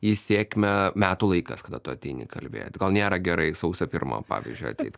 į sėkmę metų laikas kada tu ateini kalbėt gal nėra gerai sausio pirmą pavyzdžiui ateit